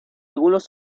algunos